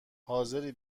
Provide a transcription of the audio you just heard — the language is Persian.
حاضری